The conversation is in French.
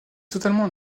totalement